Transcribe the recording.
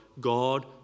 God